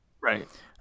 Right